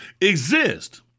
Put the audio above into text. exist